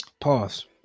Pause